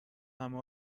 همه